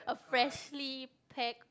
freshly pack